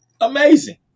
Amazing